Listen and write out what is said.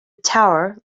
tower